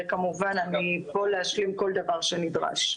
וכמובן אני פה להשלים כל דבר שנדרש.